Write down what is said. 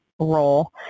role